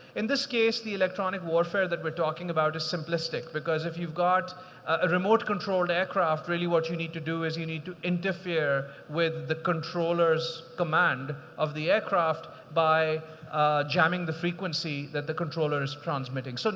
in this case, the electronic warfare that we're talking about is simplistic because if you've got a remote controlled aircraft, really, what you need to do is you need to interfere with the controller's command the aircraft by jamming the frequency that the controller is transmitting. so